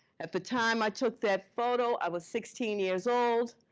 at the time i took that photo, i was sixteen years old.